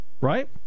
Right